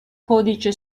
codice